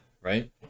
right